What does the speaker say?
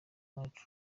perezida